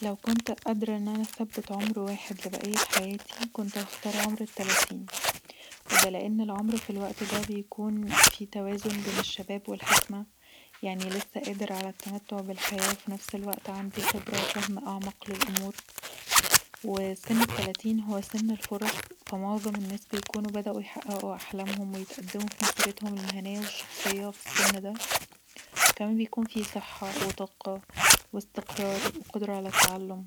لو كنت قادره ان انا اثبت عمر واحد لبقيه حياتي كنت هختار عمر التلاتين ودا لان العمر في الوقت دا بيكون فيه توازن بين الشباب والحكمه يعني لسه قادر علي التمتع بالحياه وفي نفس الوقت عندي خبره وفهم اعمق للأمور، وسن التلاتين هو سن الفرص فمعظم الناس بيكونوا بدأوا يحققوا احلامهم ويتقدموا في مسيرتهم المهنيه والشخصيه في السن ده وكمان بيكون فيه صحه وطاقه واستقرار وقدره علي التعلم